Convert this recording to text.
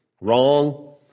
wrong